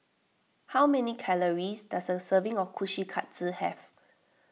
how many calories does a serving of Kushikatsu have